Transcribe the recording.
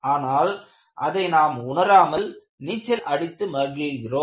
ஆனால் அதை நாம் உணராமல் நீச்சல் அடித்து மகிழ்கிறோம்